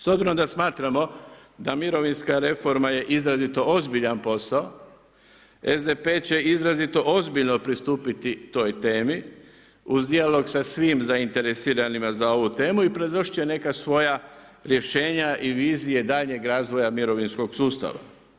S obzirom da smatramo da mirovinska reforma je izrazito ozbiljan posao, SDP će izrazito ozbiljno pristupiti toj temi uz dijalog sa svim zainteresiranim za ovu temu i predložiti će neka svoja rješenja i vizije daljnjeg razvoja mirovinskog sustava.